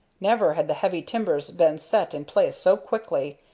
never had the heavy timbers been set in place so quickly,